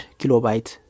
kilobyte